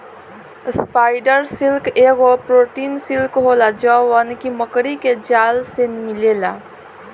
spider silk एगो protein silk होला जवन की मकड़ी के जाल से मिलेला